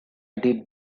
did